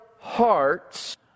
hearts